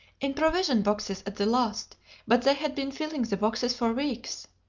in provision boxes at the last but they had been filling the boxes for weeks.